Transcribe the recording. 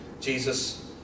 Jesus